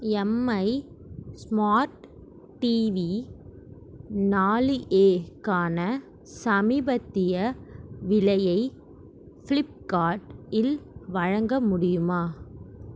Mi smart TV நாலு ஏக்கான சமீபத்திய விலையை ஃபிளிப்கார்ட் இல் வழங்க முடியுமா